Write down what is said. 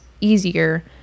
easier